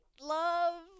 love